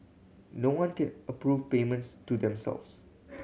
no one can approve payments to themselves